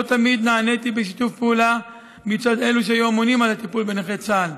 לא תמיד נעניתי בשיתוף פעולה מצד אלו שהיו ממונים על הטיפול בנכי צה"ל,